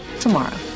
tomorrow